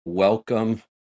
welcome